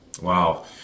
Wow